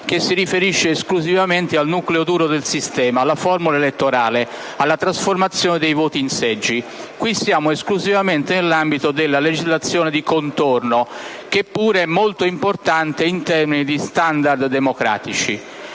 che si riferisce esclusivamente al «nucleo duro» del sistema, alla formula elettorale, cioè alla trasformazione dei voti in seggi. Qui siamo esclusivamente nell'ambito della legislazione di contorno, che pure è molto importante in termini di *standard* democratici.